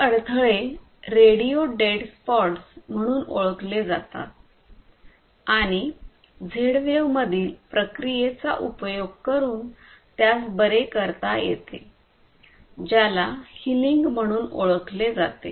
हे अडथळे radio dead spots म्हणून ओळखले जातात आणि झेड वेव्हमधील प्रक्रियेचा उपयोग करून त्यास बरे करता येते ज्याला हीलींग म्हणून ओळखले जाते